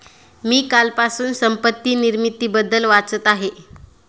मी कालपासून संपत्ती निर्मितीबद्दल वाचत आहे